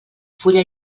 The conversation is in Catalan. fulla